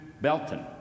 Belton